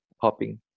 popping